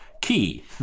Key